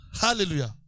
Hallelujah